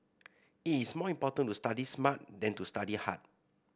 it is more important to study smart than to study hard